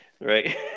Right